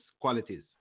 qualities